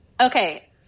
Okay